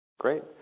Great